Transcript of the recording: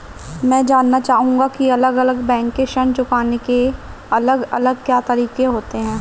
मैं जानना चाहूंगा की अलग अलग बैंक के ऋण चुकाने के अलग अलग क्या तरीके होते हैं?